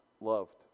loved